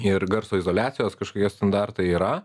ir garso izoliacijos kažkokie standartai yra